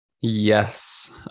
Yes